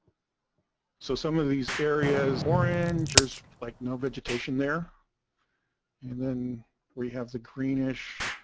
so some of these areas or injures like no vegetation there and then we have the greenish